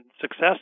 success